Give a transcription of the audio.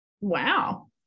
Wow